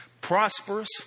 prosperous